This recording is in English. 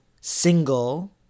single